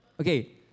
Okay